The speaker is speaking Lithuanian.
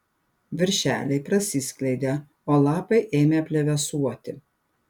viršeliai prasiskleidė o lapai ėmė plevėsuoti